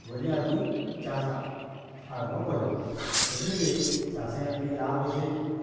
ବୋଇଲି ଆର୍ ମୁଇଁ ଚାଷ୍ ଆରମ୍ଭ କଲି ଦେଖ୍ଲି ଯେ ଚାଷେଁ ବି ଲାଭ୍ ଅଛେଁ